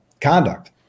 conduct